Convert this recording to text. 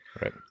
Right